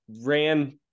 ran